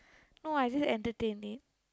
no I just entertain it